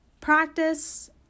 practice